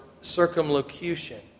circumlocution